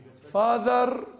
Father